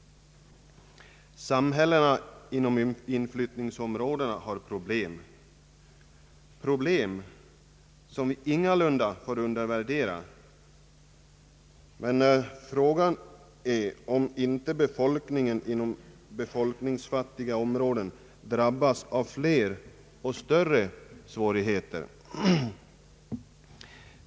Samhällena inom inflyttningsområdena har problem, problem som inga lunda får undervärderas. Men frågan är om inte befolkningen inom de befolkningsfattiga områdena drabbas av fler och större svårigheter.